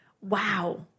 wow